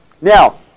now